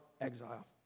exile